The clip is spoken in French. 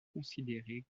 considérée